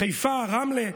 חיפה, רמלה,